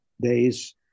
days